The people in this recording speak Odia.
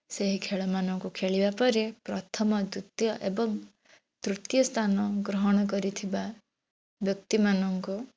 ସେହି ଖେଳମାନଙ୍କୁ ଖେଳିବା ପରେ ପ୍ରଥମ ଦ୍ଵିତୀୟ ଏବଂ ତୃତୀୟ ସ୍ଥାନ ଗ୍ରହଣ କରିଥିବା ବ୍ୟକ୍ତିମାନଙ୍କୁ